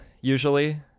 usually